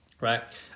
right